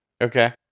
Okay